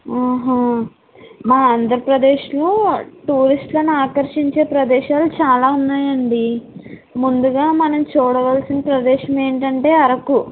ఆహా మా ఆంధ్రప్రదేశ్లో టూరిస్టులని ఆకర్షించే ప్రదేశాలు చాలా ఉన్నాయండీ ముందుగా మనం చూడవలసిన ప్రదేశం ఏమిటంటే అరకు